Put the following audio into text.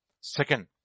Second